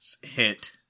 hit